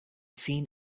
seen